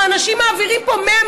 ואנשים מעבירים פה 100,